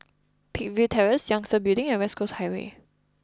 Peakville Terrace Yangtze Building and West Coast Highway